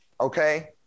Okay